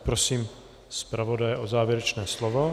Prosím zpravodaje o závěrečné slovo.